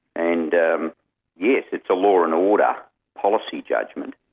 and yes, it's a law and order policy judgment.